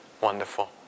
wonderful